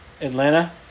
Atlanta